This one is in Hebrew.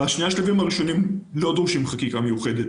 שני השלבים הראשונים לא דורשים חקיקה מיוחדת